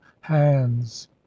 hands